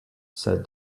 said